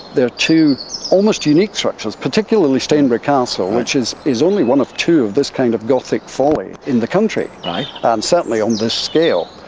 they are two almost unique structures, particularly stainborough castle, which is is only one of two of this kind of gothic folly in the country, um certainly on this scale.